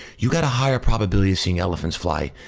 you got a higher probability of seeing elephants fly.